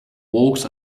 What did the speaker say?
walks